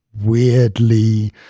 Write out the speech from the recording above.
weirdly